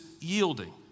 yielding